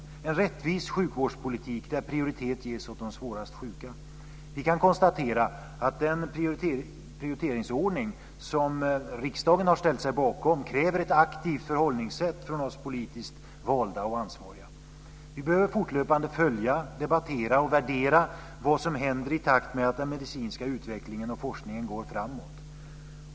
Det ska vara en rättvis sjukvårdspolitik där prioritet ges åt de svårast sjuka. Vi kan konstatera att den prioriteringsordning som riksdagen har ställt sig bakom kräver ett aktivt förhållningssätt från oss politiskt valda och ansvariga. Vi behöver fortlöpande följa, debattera och värdera vad som händer i takt med att den medicinska utvecklingen och forskningen går framåt.